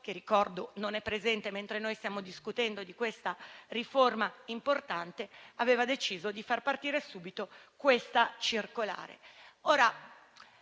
- ricordo non è presente mentre noi stiamo discutendo di questa importante riforma - aveva deciso di far partire subito la circolare.